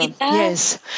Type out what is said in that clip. Yes